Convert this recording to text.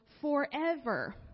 forever